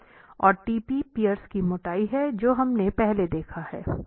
और tp piers की मोटाई है जो हमने पहले देखा है